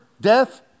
death